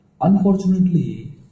Unfortunately